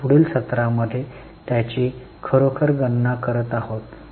आपण पुढील सत्रामध्ये त्याची खरोखर गणना करत आहोत